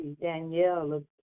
Danielle